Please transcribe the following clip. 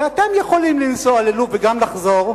ואתם יכולים לנסוע ללוב וגם לחזור,